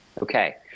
Okay